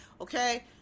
okay